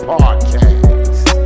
Podcast